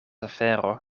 afero